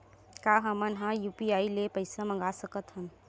का हमन ह यू.पी.आई ले पईसा मंगा सकत हन?